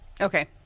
okay